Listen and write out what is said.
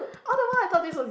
all the while thought this were